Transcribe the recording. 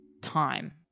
time